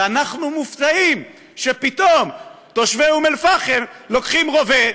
ואנחנו מופתעים כשפתאום תושבי אום אלפחם לוקחים רובה,